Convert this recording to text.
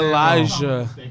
Elijah